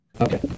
Okay